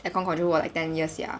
aircon controller like ten years sia